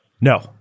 No